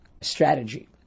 strategy